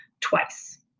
twice